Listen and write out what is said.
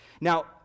Now